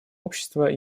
общества